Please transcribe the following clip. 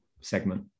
segment